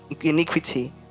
iniquity